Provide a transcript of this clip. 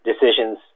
decisions